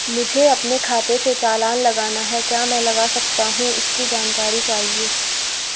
मुझे अपने खाते से चालान लगाना है क्या मैं लगा सकता हूँ इसकी जानकारी चाहिए?